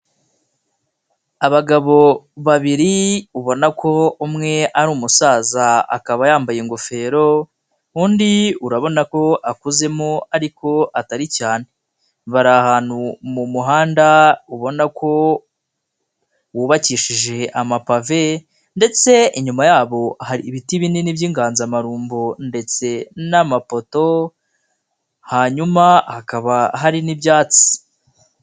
Abagabo babiri, ubona ko umwe ari umusaza akaba yambaye ingofero, undi urabona ko akuzemo ariko atari cyane, bari ahantu mu muhanda, ubona ko hubakishijwe amapave, ndetse inyuma yabo hari ibiti binini by'inganzamarumbo ndetse n'amapoto, hanyuma hakaba hari n'ibyatsi.